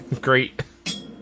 Great